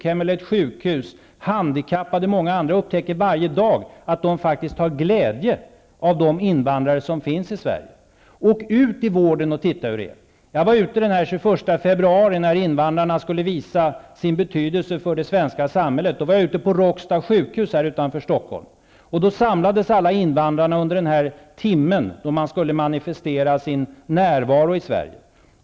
Det gäller t.ex. den gamla människa som ligger på sjukhem eller sjukhus, handikappade och många andra. Åk ut i vården och se hur det är! Den 21 februari, när invandrarna skulle visa sin betydelse för det svenska samhället, var jag ute på Råcksta sjukhus, som ligger här utanför Stockholm. Då samlades alla invandrarna under den timme då deras närvaro i Sverige skulle manifesteras.